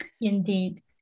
Indeed